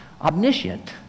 omniscient